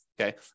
okay